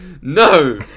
No